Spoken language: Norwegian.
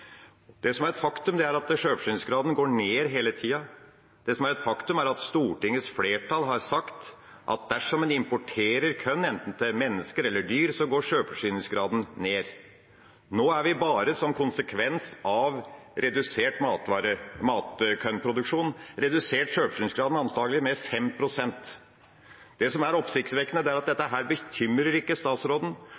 Det som er et faktum, er at sjølforsyningsgraden går ned hele tiden. Det som er et faktum, er at Stortingets flertall har sagt at dersom en importerer korn, enten til mennesker eller til dyr, går sjølforsyningsgraden ned. Nå har vi bare som en konsekvens av redusert matkornproduksjon antakelig redusert sjølforsyningsgraden med 5 pst. Det som er oppsiktsvekkende, er at dette